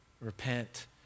repent